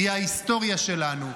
היא ההיסטוריה שלנו,